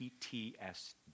PTSD